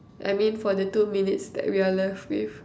I mean for the two minutes that we are left with